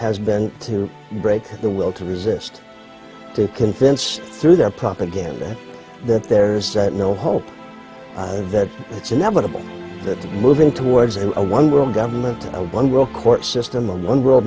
has been to break the will to resist to convince through their propaganda that there's no hope and that it's inevitable that moving towards a one world government a one world court system